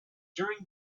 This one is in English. during